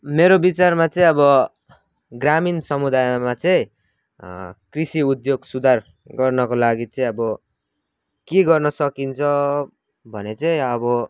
मेरो विचारमा चाहिँ अब ग्रामिण समुदायमा चाहिँ कृषि उद्योग सुधार गर्नको लागि चाहिँ अब के गर्न सकिन्छ भने चाहिँ अब